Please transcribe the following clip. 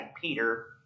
Peter